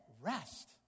rest